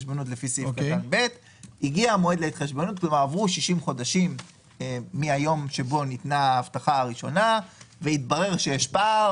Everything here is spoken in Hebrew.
במצב שבו 60 חודשים עברו מהיום שבו ניתנה ההבטחה הראשונה ומתברר שיש פער